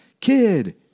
kid